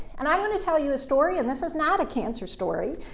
and i'm going to tell you a story, and this is not a cancer story.